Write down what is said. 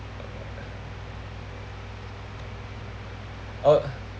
uh